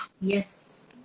yes